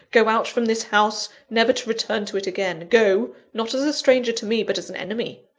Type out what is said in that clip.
go out from this house, never to return to it again go, not as a stranger to me, but as an enemy!